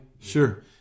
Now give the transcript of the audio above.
Sure